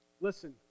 Listen